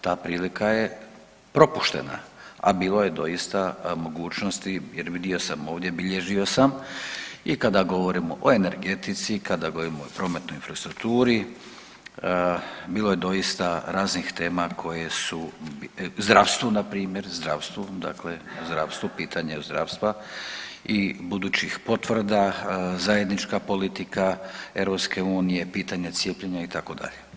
Ta prilika je propuštena, a bilo je doista mogućnosti jer vidio sam ovdje, bilježio sam i kada govorimo o energetici, kada govorimo o prometnoj infrastrukturi, bilo je doista radnih tema koje su, zdravstvu npr. zdravstvu, dakle zdravstvu, pitanje zdravstva i budućih potvrda, zajednička politika EU, pitanje cijepljenja itd.